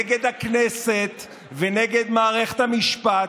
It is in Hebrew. נגד הכנסת ונגד מערכת המשפט,